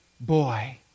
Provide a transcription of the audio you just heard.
boy